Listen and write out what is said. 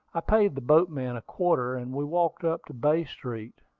i paid the boatman a quarter, and we walked up to bay street.